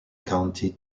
county